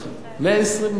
120 מיליארד.